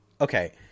okay